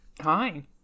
Hi